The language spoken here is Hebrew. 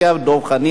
דב חנין,